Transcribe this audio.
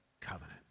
covenant